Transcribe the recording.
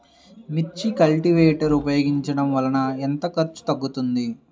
మిర్చి కల్టీవేటర్ ఉపయోగించటం వలన ఎంత ఖర్చు తగ్గుతుంది?